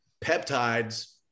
Peptides